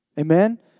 Amen